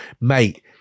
Mate